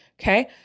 Okay